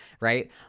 right